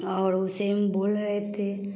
और उसे हम बोल रहे थे